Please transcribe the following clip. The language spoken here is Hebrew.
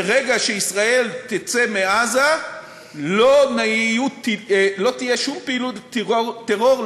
ברגע שישראל תצא מעזה לא תהיה שום פעילות טרור,